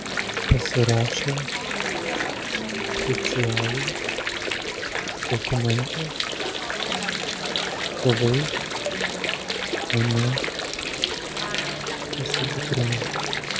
pasirašę oficialų dokumentą tėvai mane įsidukrino